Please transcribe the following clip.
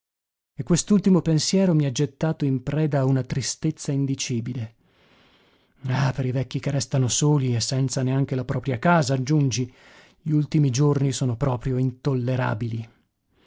e quest'ultimo pensiero mi ha gettato in preda a una tristezza indicibile ah per i vecchi che restano soli e senza neanche la propria casa aggiungi gli ultimi giorni sono proprio intollerabili